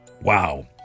Wow